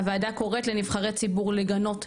הוועדה קוראת לנבחרי ציבור לגנות,